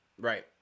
Right